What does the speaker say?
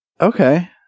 okay